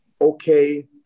Okay